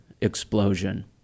explosion